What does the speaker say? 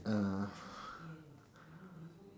uh